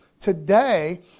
today